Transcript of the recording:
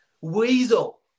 weasel